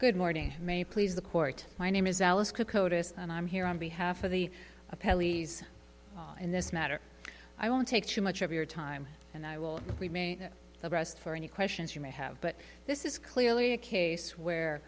good morning may please the court my name is alice and i'm here on behalf of the pelleas in this matter i won't take too much of your time and i will remain abreast for any questions you may have but this is clearly a case where